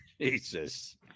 Jesus